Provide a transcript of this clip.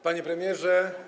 Panie Premierze!